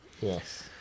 Yes